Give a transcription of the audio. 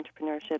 entrepreneurship